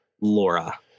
Laura